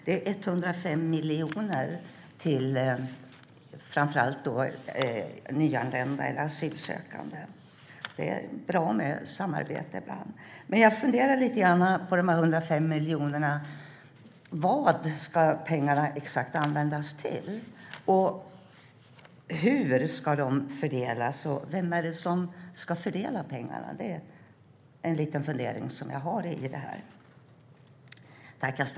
Det är 105 miljoner till framför allt nyanlända eller asylsökande. Det är bra med samarbete ibland. Men jag har en liten fundering: Vad exakt ska de 105 miljonerna användas till, hur ska pengarna fördelas och vem som ska göra det?